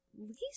least